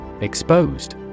Exposed